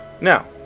Now